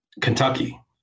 Kentucky